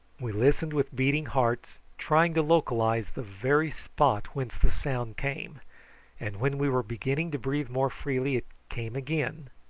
we listened with beating hearts, trying to localise the very spot whence the sound came and when we were beginning to breathe more freely it came again,